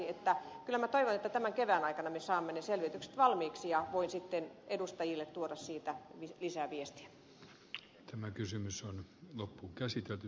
kyllä minä toivon että tämän kevään aikana me saamme ne selvitykset valmiiksi ja voin sitten edustajille tuoda siitä lisää viestiä